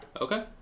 Okay